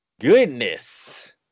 Goodness